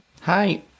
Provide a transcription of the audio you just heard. Hi